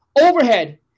overhead